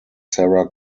sara